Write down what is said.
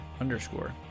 underscore